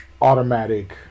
automatic